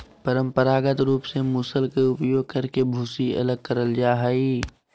परंपरागत रूप से मूसल के उपयोग करके भूसी अलग करल जा हई,